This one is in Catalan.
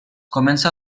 comença